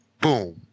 boom